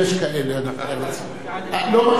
לא מגשימים במלואו.